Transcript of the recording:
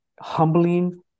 humbling